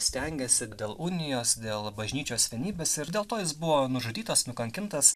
stengėsi dėl unijos dėl bažnyčios vienybės ir dėl to jis buvo nužudytas nukankintas